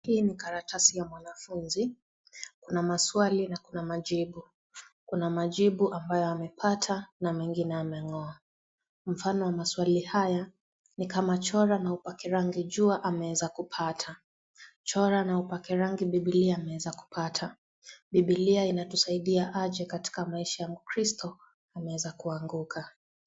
Hii ni karatasi ya mwanafumzi, Kuna maswali na kuna majibu . Kuna majibu ambayo amepata mengine amenoa. Mfano wa maswali haya ni kama chora na upange rangi jua ameweza kupata. Chora na upange rangi bibilia ameweza kupata. Bibilia inatusaidia aje katika maisha ya mkristo ameweza kuanguka.